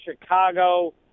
Chicago